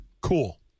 cool